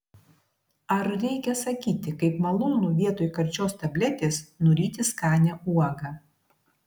ar reikia sakyti kaip malonu vietoj karčios tabletės nuryti skanią uogą